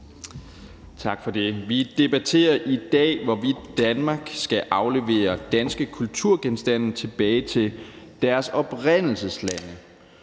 Tak for det. Vi debatterer i dag, hvorvidt Danmark skal aflevere danske kulturgenstande tilbage til deres oprindelseslande,